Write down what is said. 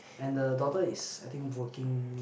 and the daughter is I think working